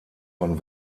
von